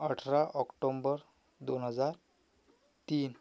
अठरा ऑक्टोंबर दोन हजार तीन